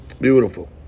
Beautiful